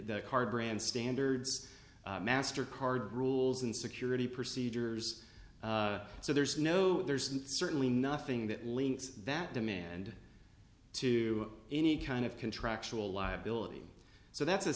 the car brand standards master card rules and security procedures so there's no there's certainly nothing that links that demand to any kind of contractual liability so that's a